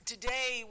Today